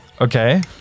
Okay